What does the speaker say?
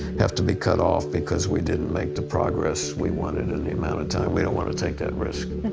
have to be cut off because we didn't make the progress we wanted in the amount of time. we don't want to take that risk.